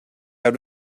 out